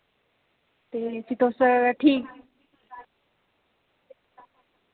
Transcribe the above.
ते फ्ही तुस ठीक